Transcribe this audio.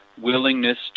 willingness